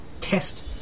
test